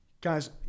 Guys